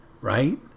right